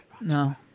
No